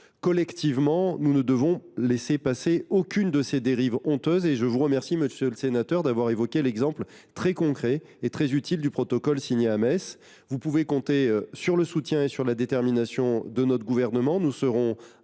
Collectivement, nous ne devons laisser passer aucune de ces dérives honteuses. Je vous remercie, monsieur le sénateur, d’avoir évoqué l’exemple très concret du protocole extrêmement utile qui a été signé à Metz. Vous pouvez compter sur le soutien et sur la détermination du Gouvernement.